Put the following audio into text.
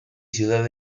ciudad